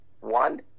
one